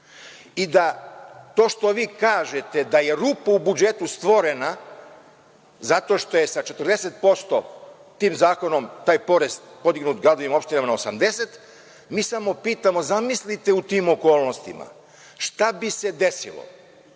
i da to što vi kažete da je rupa u budžetu stvorena zato što je sa 40% tim zakonom taj porez podignut gradovima i opštinama na 80, mi samo pitamo - zamislite u tim okolnostima šta bi se desilo